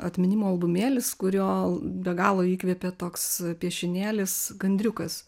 atminimų albumėlis kurio be galo įkvėpė toks piešinėlis gandriukas